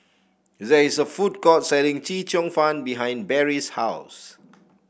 there is a food court selling Chee Cheong Fun behind Barrie's house